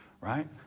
Right